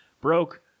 broke